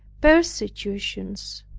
persecutions,